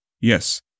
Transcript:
yes